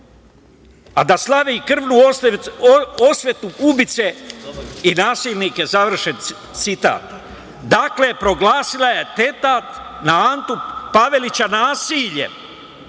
a da slave krvnu osvetu ubice i nasilnike“, završen citat. Dakle, proglasila je atentat na Antu Pavelića nasiljem